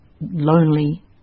lonely